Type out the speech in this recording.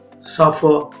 suffer